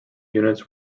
units